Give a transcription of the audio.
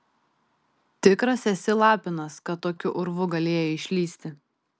tikras esi lapinas kad tokiu urvu galėjai išlįsti